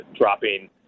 dropping